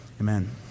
Amen